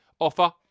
offer